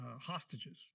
hostages